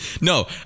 No